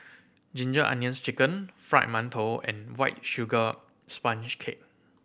Ginger Onions Chicken Fried Mantou and White Sugar Sponge Cake